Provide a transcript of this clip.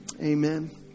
amen